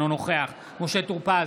אינו נוכח משה טור פז,